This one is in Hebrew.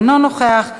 אינו נוכח,